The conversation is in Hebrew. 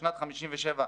בשנת 57'